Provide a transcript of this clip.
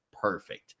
perfect